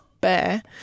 Bear